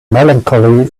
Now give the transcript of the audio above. melancholy